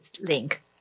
link